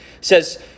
says